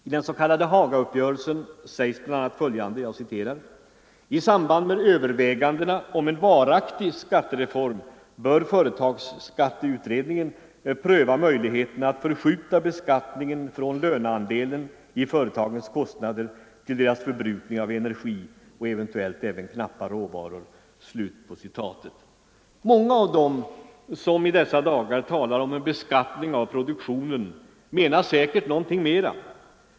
I den s.k. Hagauppgörelsen sägs bl.a. följande: ”I samband med övervägandena om en varaktig skattereform bör företagsskatteutredningen pröva möjligheterna att förskjuta beskattningen från löneandelen i företagens kostnader till deras förbrukning av energi och eventuellt även knappa råvaror.” Många av dem som i dessa dagar talar om en beskattning av produktionen menar säkert något mera.